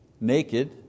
naked